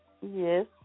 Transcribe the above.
Yes